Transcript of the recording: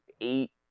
eight